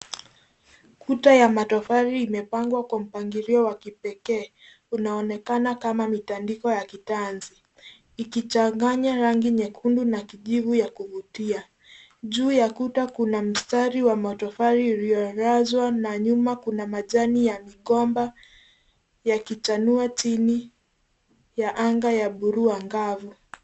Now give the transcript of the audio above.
Kuta ya matofali imepangwa kwa mpangilio wa kipekee. Unaonekana kama mitandiko ya kitanzi ikichanganya rangi nyekundu na kijivu ya kuvutia. Juu ya kuta kuna mstari wa matofali uliolazwa na nyuma kuna majani ya migomba yakichanua chini ya anga ya bluu angavu.